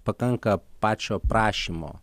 pakanka pačio prašymo